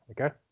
Okay